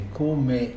come